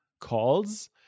calls